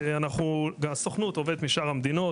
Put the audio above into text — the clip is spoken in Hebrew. הסוכנות עובדת בשאר המדינות,